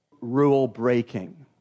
rule-breaking